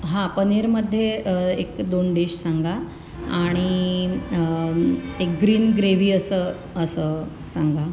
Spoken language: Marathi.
हां पनीरमध्ये एक दोन डिश सांगा आणि एक ग्रीन ग्रेवी असं असं सांगा